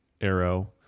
arrow